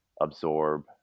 absorb